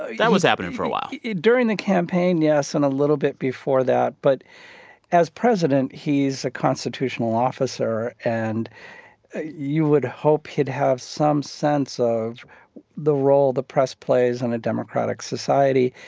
that was happening for a while during the campaign, yes, and a little bit before that. but as president he's a constitutional officer, and you would hope he'd have some sense of the role the press plays in and a democratic society.